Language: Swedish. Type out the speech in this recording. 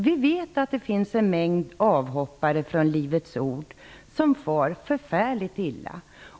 Vi vet att det finns en mängd avhoppare från Livets Ord som far förfärligt illa.